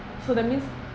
so that means